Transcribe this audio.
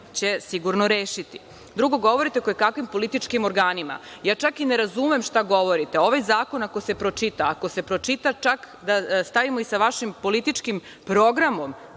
će sigurno rešiti. Drugo, govorite o kojekakvim političkim organima. Čak i ne razumem šta govorite. Ovaj zakon ako se pročita, čak i da stavimo sa vašim političkim programom,